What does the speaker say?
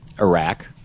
Iraq